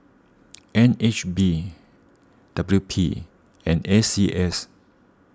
N H B W P and A C S